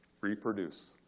Reproduce